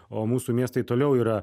o mūsų miestai toliau yra